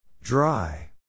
Dry